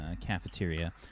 cafeteria